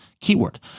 keyword